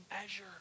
measure